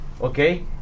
Okay